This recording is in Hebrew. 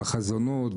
בחזונות,